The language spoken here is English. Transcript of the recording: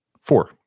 Four